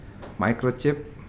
microchip